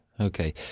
Okay